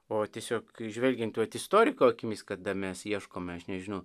o tiesiog žvelgiant vat istoriko akimis kada mes ieškome aš nežinau